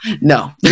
No